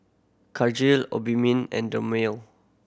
Cartigain Obimin and Dermale